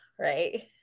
right